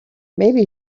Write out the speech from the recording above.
maybe